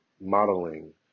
modeling